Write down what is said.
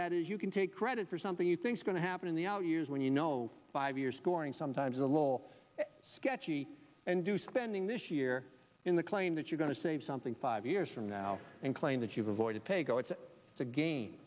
that is you can take credit for something you think's going to happen in the out years when you know five years scoring sometimes a little sketchy and do spending this year in the claim that you're going to save something five years from now and claim that you've avoided paygo it's to ga